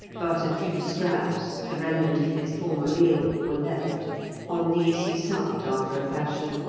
but a few scraps, the remnant of his former meal, were left on these he supped after a fashion,